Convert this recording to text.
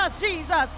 Jesus